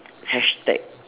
hashtag